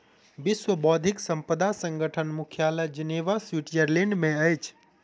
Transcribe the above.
विश्व बौद्धिक संपदा संगठनक मुख्यालय जिनेवा, स्विट्ज़रलैंड में अछि